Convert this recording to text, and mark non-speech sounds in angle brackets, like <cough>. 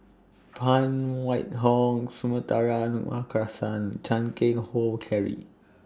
Phan Wait Hong <unintelligible> Markasan Chan Keng Howe Harry